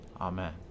Amen